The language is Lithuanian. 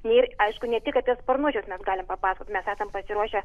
ir aišku ne tik apie sparnuočius mes galim papasakot mes esam pasiruošę